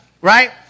Right